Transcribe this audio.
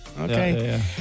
Okay